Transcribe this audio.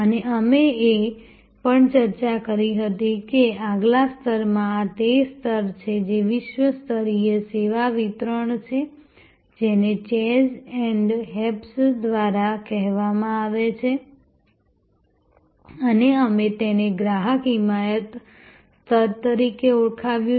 અને અમે એ પણ ચર્ચા કરી હતી કે આગલા સ્તરમાં આ તે સ્તર છે જે વિશ્વ સ્તરીય સેવા વિતરણ છે જેને ચેઝ અને હેય્સ દ્વારા કહેવામાં આવે છે અને અમે તેને ગ્રાહક હિમાયત સ્તર તરીકે ઓળખાવ્યું છે